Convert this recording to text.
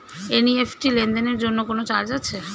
NEFT লেনদেনের জন্য কোন চার্জ আছে?